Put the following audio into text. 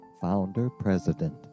founder-president